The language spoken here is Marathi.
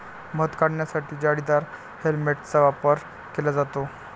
मध काढण्यासाठी जाळीदार हेल्मेटचा वापर केला जातो